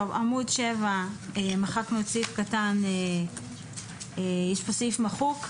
טוב, עמוד 7, יש פה סעיף מחוק.